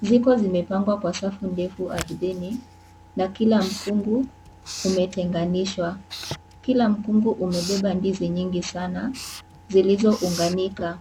Ziko zimepangwa kwa safu ndefu ardhini na kila mkungu umetenganishwa. Kila mkungu umebeba ndizi nyingi sana zilizounganika.